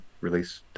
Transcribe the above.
release